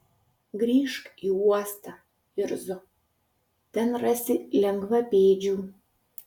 grįžk į uostą irzo ten rasi lengvapėdžių